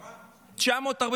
כמה?